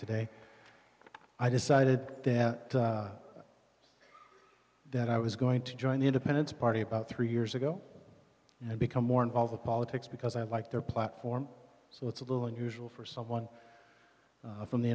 today i decided that i was going to join the independence party about three years ago and become more involved with politics because i like their platform so it's a little unusual for someone from the